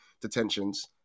detentions